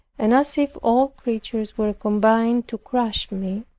and as if all creatures were combined to crush me.